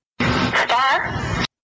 Star